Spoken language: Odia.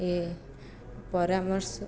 ଏ ପରାମର୍ଶ